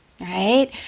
right